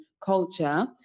culture